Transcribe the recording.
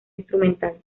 instrumental